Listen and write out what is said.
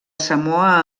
samoa